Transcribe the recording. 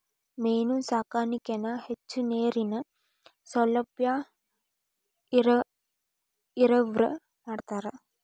main ಸಾಕಾಣಿಕೆನ ಹೆಚ್ಚು ನೇರಿನ ಸೌಲಬ್ಯಾ ಇರವ್ರ ಮಾಡ್ತಾರ